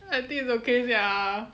I think it's okay sia